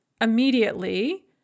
immediately